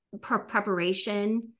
preparation